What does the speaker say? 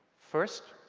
first,